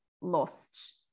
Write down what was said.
lost